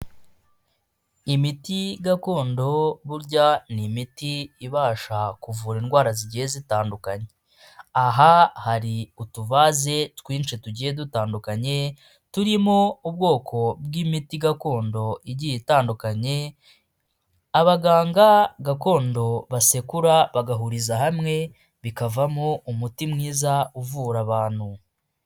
Imiti gakondo burya n’imiti ibasha kuvura indwara zigiye zitandukanye. Aha hari utuvaze twinshi tugiye dutandukanye turimo ubwoko bw'imiti gakondo igiye itandukanye, abaganga gakondo basekura bagahuriza hamwe bikavamo umuti mwiza uvura abantu.